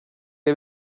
det